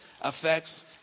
affects